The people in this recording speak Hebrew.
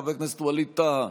חבר הכנסת ווליד טאהא,